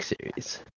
series